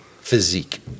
physique